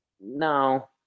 No